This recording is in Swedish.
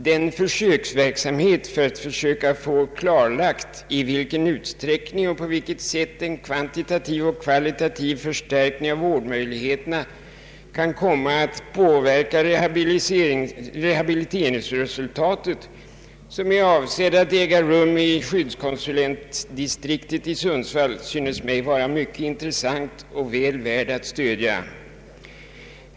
Den försöksverksamhet som är avsedd att äga rum i skyddskonsulentdistriktet i Sundsvall och som syftar till att klarlägga i vilken utsträckning och på vilket sätt den kvalitativa och kvantitativa förstärkningen av vårdmöjligheterna kan komma att påverka rehabiliteringsresultatet synes mig vara mycket intressant och väl värd att stödja.